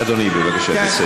אדוני, בבקשה תסיים.